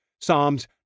Psalms